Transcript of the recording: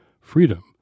freedom